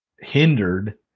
hindered